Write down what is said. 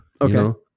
Okay